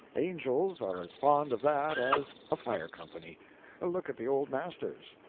angels are as fond of that as a fire company look at the old masters.